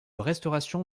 restauration